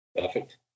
Perfect